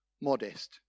modest